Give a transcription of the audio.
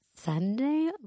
Sunday